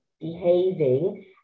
behaving